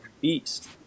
beast